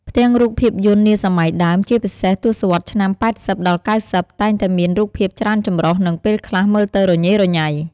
ផ្ទាំងរូបភាពយន្តនាសម័យដើម ជាពិសេសទសវត្សរ៍ឆ្នាំ ៨០ ដល់ ៩០ តែងតែមាន រូបភាពច្រើនចម្រុះ និងពេលខ្លះមើលទៅ រញ៉េរញ៉ៃ ។